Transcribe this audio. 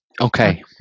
Okay